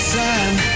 time